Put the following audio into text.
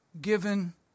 given